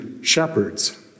shepherds